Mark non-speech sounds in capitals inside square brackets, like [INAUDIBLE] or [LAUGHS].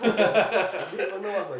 [LAUGHS]